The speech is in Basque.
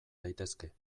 daitezke